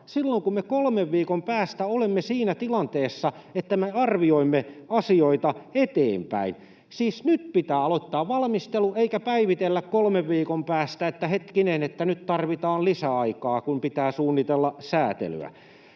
silloin, kun me kolmen viikon päästä olemme siinä tilanteessa, että me arvioimme asioita eteenpäin. Siis nyt pitää aloittaa valmistelu eikä päivitellä kolmen viikon päästä, että hetkinen, nyt tarvitaan lisäaikaa, kun pitää suunnitella säätelyä.